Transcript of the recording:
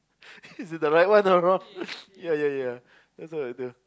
this is right or not yeah yeah yeah that's what I do